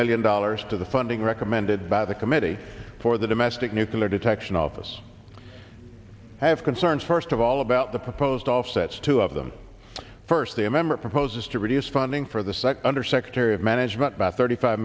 million dollars to the funding recommended by the committee for the domestic nucular detection office have concerns first of all about the proposed offsets two of them firstly a member proposes to reduce funding for the site under secretary of management about thirty five